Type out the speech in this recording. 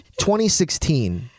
2016